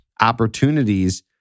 opportunities